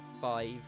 five